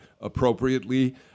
appropriately